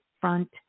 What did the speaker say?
front